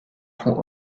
fond